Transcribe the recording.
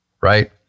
right